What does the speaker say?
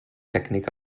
tècnic